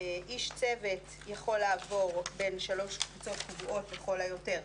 איש צוות יכול לעבור בין 3 קבוצות קבועות לכל היותר.